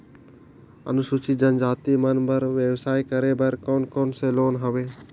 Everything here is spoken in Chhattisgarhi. अनुसूचित जनजाति मन बर व्यवसाय करे बर कौन कौन से लोन हवे?